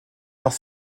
nach